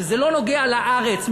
שזה לא נוגע לארץ,